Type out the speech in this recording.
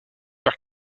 par